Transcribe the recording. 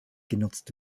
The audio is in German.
genutzt